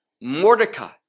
Mordecai